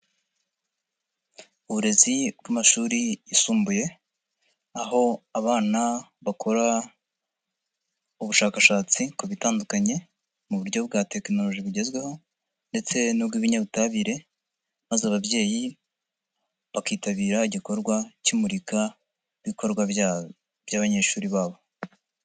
Uburezi bw' amashuri yisumbuye, aho abana bakora ubushakashatsi ku bitandukanye, mu buryo bwa tekinologi bugezweho ndetse n'ubw'ibinyabutabire ,maze ababyeyi bakitabira igikorwa cy'imurikabikorwa bya by'abanyeshuri babo.